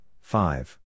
five